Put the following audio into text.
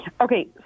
Okay